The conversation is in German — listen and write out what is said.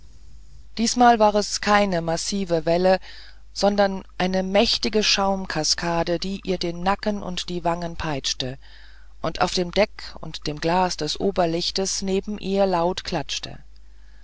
diesmal war es keine massive welle sondern eine mächtige schaumkaskade die ihr den nacken und die wangen peitschte und auf dem deck und dem glas des oberlichtes neben ihnen laut klatschte